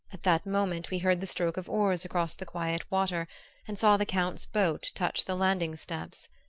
at that moment we heard the stroke of oars across the quiet water and saw the count's boat touch the landing-steps.